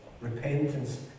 repentance